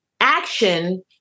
action